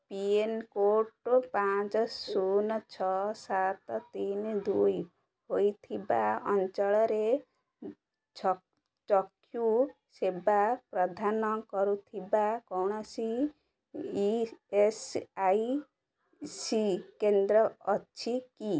pincode ପାଞ୍ଚ ଶୂନ ଛଅ ସାତେ ତିନି ଦୁଇ ହୋଇଥିବା ଅଞ୍ଚଳରେ ଚକ୍ଷୁ ସେବା ପ୍ରଦାନ କରୁଥିବା କୌଣସି ଇ ଏସ୍ ଆଇ ସି କେନ୍ଦ୍ର ଅଛି କି